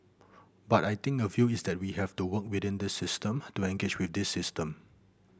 but I think a view is that we have to work within this system to engage with this system